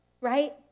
right